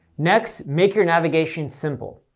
next, make your navigation simple.